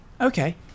Okay